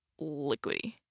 liquidy